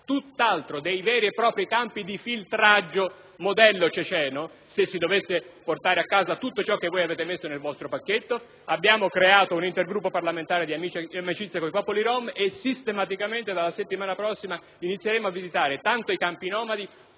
tutt'altro, dei veri e propri campi di filtraggio sul modello ceceno, se si dovesse portare a casa tutto ciò che avete inserito nel vostro pacchetto. Abbiamo creato un Intergruppo parlamentare di amicizia con i popoli rom e sistematicamente, dalla settimana prossima, inizieremo a visitare tanto i campi nomadi